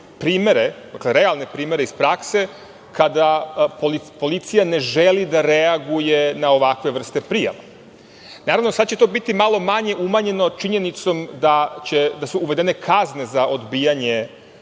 primere, realne primere iz prakse, kada policija ne želi da reaguje na ovakve vrste prijava. Naravno, sada će to biti malo manje umanjeno činjenicom da su uvedene kazne za odbijanje